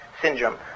syndrome